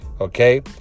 Okay